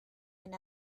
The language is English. and